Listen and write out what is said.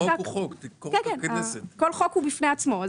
כל חוק הוא בפני עצמו.